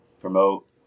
promote